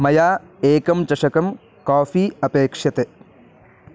मया एकं चषकं काफ़ी अपेक्षते